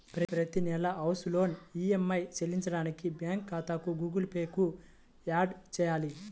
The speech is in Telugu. ప్రతి నెలా హౌస్ లోన్ ఈఎమ్మై చెల్లించడానికి బ్యాంకు ఖాతాను గుగుల్ పే కు యాడ్ చేయాలి